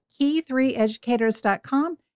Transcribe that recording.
key3educators.com